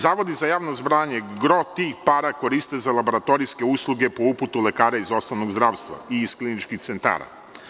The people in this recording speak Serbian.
Zavodi za javno osiguranje gro tihpara koriste za laboratorijske usluge po uputu lekara iz osnovnog zdravstva i iz kliničkih sredstava.